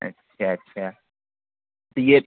اچھا اچھا تو یہ